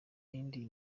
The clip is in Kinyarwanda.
yandi